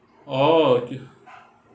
oh okay